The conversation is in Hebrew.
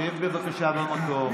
שב, בבקשה, במקום.